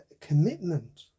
commitment